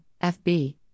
FB